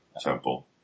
temple